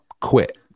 quit